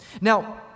Now